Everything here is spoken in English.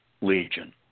legion